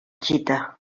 gita